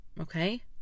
Okay